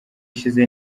ishize